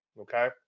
okay